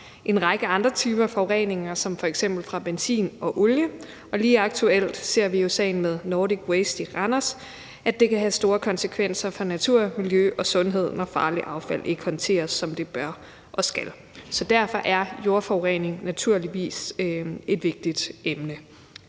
en række andre typer af forureninger, f.eks. fra benzin og olie, og lige aktuelt ser vi jo med sagen om Nordic Waste i Randers, at det kan have store konsekvenser for natur, miljø og sundhed, når farligt affald ikke håndteres, som det bør og skal. Derfor er jordforurening naturligvis et vigtigt emne.